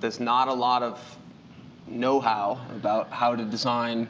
there's not a lot of know-how about how to design